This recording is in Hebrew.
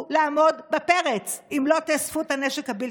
לעמוד בפרץ אם לא תאספו את הנשק הבלתי-חוקי.